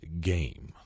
GAME